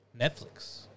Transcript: Netflix